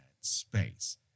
space